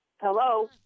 Hello